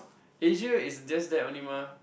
Asia is just that only mah